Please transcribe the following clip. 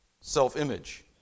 self-image